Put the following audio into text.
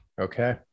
okay